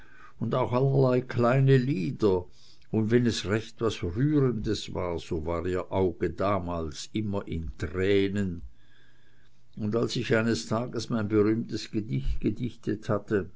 und auch allerlei kleine lieder und wenn es recht was rührendes war so war ihr auge schon damals immer in tränen und als ich eines tages mein berühmtes gedicht gedichtet hatte